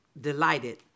delighted